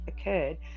occurred